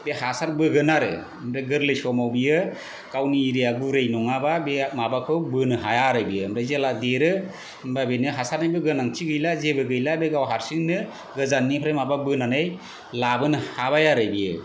बे हासारबोगोन आरो आमफ्राय गोरलै समाव बियो गावनि एरिया गुरै नङाबा बे माबाखौ बोनो हाया आरो बेयो आमफ्राय जेला देरो होमबा बेनो हासारनि गोनांथि गैला जेबो गैला बे गाव हारसिंनो गोजाननिफ्राय माबा बोनानै लाबोनो हाबाय आरो बियो